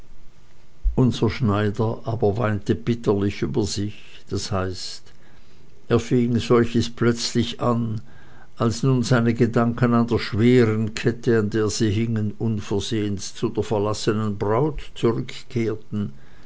unser schneider aber weinte bitterlich über sich das heißt er fing solches plötzlich an als nun seine gedanken an der schweren kette an der sie hingen unversehens zu der verlassenen braut zurückkehrten